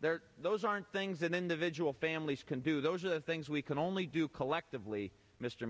there are those aren't things that individual families can do those are things we can only do collectively mr